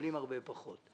מקבלים הרבה פחות.